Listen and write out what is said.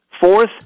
Fourth